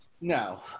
no